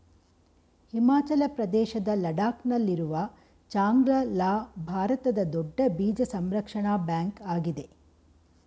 ಹಿಮಾಚಲ ಪ್ರದೇಶದ ಲಡಾಕ್ ನಲ್ಲಿರುವ ಚಾಂಗ್ಲ ಲಾ ಭಾರತದ ದೊಡ್ಡ ಬೀಜ ಸಂರಕ್ಷಣಾ ಬ್ಯಾಂಕ್ ಆಗಿದೆ